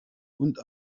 und